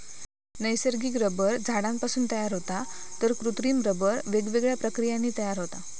नैसर्गिक रबर झाडांपासून तयार होता तर कृत्रिम रबर वेगवेगळ्या प्रक्रियांनी तयार होता